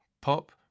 pop